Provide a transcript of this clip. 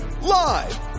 Live